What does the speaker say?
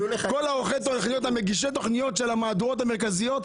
כול מגישי התכניות של המהדורות המרכזיות,